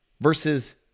versus